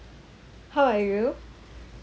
how are you